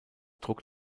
druck